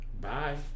bye